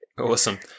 Awesome